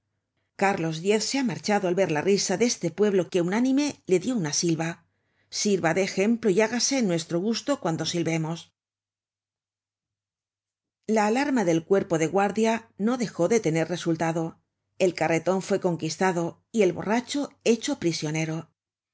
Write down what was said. carlos diez se ha marchado al ver la risa de este pueblo que unánime le dio una silba sirva de ejemplo y hágase nuestro gustn cuando silbemos la alarma del cuerpo de guardia no dejó de tener resultado el carreton fue conquistado y el borracho hecho prisionero